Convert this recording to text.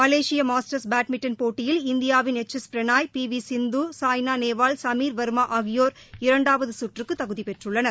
Malaysia Masters badminton போட்டியில் இந்தியாவின் H S Prannoy P V Sindhu Saina Nehwal Sameer Verma ஆகியோர் இரண்டாவது கற்றுக்கு தகுதி பெற்றுள்ளனர்